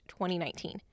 2019